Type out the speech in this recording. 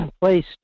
place